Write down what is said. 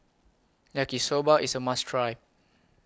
Yaki Soba IS A must Try